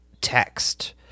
text